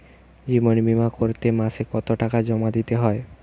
জীবন বিমা করতে মাসে কতো টাকা জমা দিতে হয়?